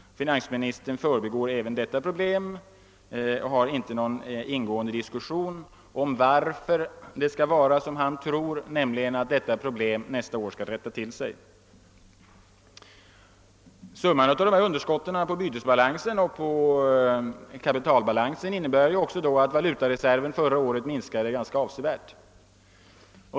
Finansministern förbigår även detta problem och går inte närmare in på varför det skall vara som han tror, nämligen att detta problem nästa år skall rätta till sig. bär också att valutareserven förra året minskade avsevärt.